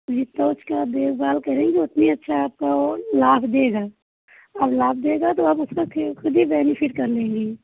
जी सोच कर देखभाल करेंगे उतनी अच्छा आपको तो लाभ देगा अब लाभ देगा तो आप उसका खुद ही बेनिफिट कर लेंगे